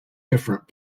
different